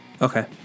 Okay